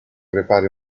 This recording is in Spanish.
prepare